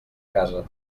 casa